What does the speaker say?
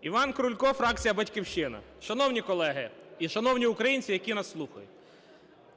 Іван Крулько, фракція "Батьківщина". Шановні колеги і шановні українці, які нас слухають,